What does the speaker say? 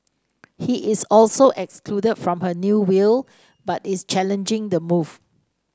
he is also excluded from her new will but is challenging the move